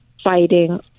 Fighting